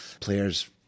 players